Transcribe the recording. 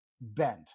bent